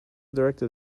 directed